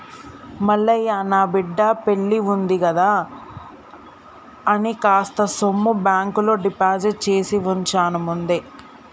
మల్లయ్య నా బిడ్డ పెల్లివుంది కదా అని కాస్త సొమ్ము బాంకులో డిపాజిట్ చేసివుంచాను ముందే